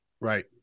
Right